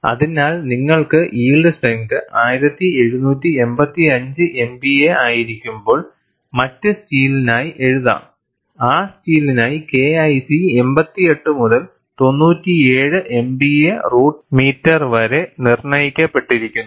അതിനാൽ നിങ്ങൾക്ക് yield strength 1785 MPa ആയിരിക്കുമ്പോൾ മറ്റ് സ്റ്റീലിനായി എഴുതാം ആ സ്റ്റീലിനായി KIC 88 മുതൽ 97 MPa റൂട്ട് മീറ്റർ വരെ നിർണ്ണയിക്കപ്പെട്ടിരിക്കുന്നു